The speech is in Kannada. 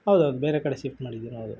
ಹೌದು ಹೌದು ಬೇರೆ ಕಡೆ ಸಿಫ್ಟ್ ಮಾಡಿದ್ದೀನಿ ಹೌದು